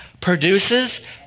produces